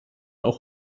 auch